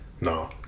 No